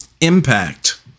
impact